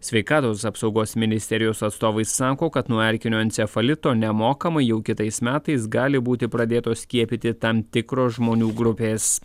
sveikatos apsaugos ministerijos atstovai sako kad nuo erkinio encefalito nemokamai jau kitais metais gali būti pradėtos skiepyti tam tikros žmonių grupės